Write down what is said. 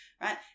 right